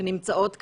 שנמצאות כאן.